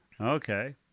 Okay